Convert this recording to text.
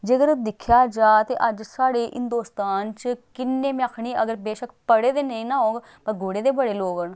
जेकर दिक्खेआ जा ते अज्ज साढ़े हिंदोस्तान च किन्ने में आखनी अगर बेशक्क पढ़े दे नेईं ना होग पर गुड़े दे बड़े लोक न